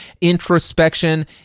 introspection